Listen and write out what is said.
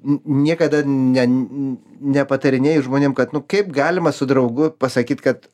n niekada ne n nepatarinėju žmonėm kad nu kaip galima su draugu pasakyt kad